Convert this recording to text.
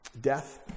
death